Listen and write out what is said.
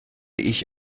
ich